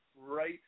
right